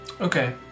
okay